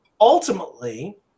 ultimately